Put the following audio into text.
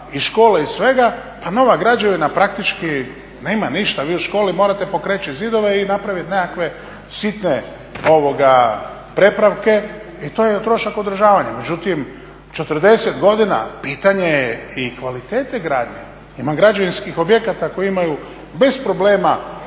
i škole i svega, pa nova građevina praktički nema ništa. Vi u školi morate pokrečit zidove i napravit nekakve sitne prepravke i to je trošak održavanja. Međutim, 40 godina pitanje je i kvalitete gradnje. Ima građevinskih objekata koji imaju bez problema